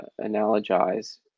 analogize